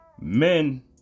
men